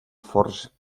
forts